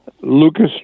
Lucas